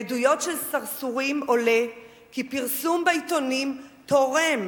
מעדויות של סרסורים עולה כי פרסום בעיתונים תורם